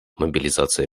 мобилизация